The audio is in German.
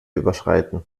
überschreiten